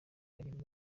bagirwa